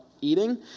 eating